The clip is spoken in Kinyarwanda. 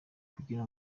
kugira